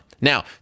Now